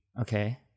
Okay